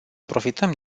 profităm